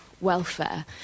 welfare